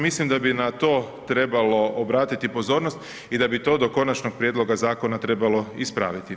Mislim da bi na to trebalo obratiti pozornost i da bi to do konačnog prijedloga zakona trebalo ispraviti.